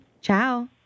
ciao